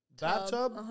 bathtub